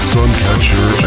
Suncatcher